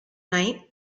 night